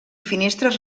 finestres